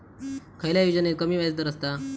खयल्या योजनेत कमी व्याजदर असता?